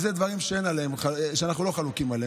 אלה דברים שאנחנו לא חלוקים עליהם.